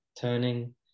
turning